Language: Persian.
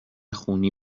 خونی